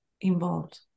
involved